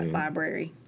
library